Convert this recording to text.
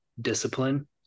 discipline